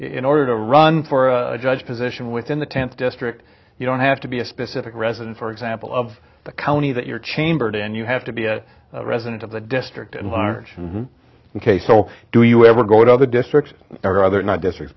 in order to run for a judge position within the tenth district you don't have to be a specific resident for example of the county that you're chambered in you have to be a resident of the district and large ok so do you ever go to other districts or other not district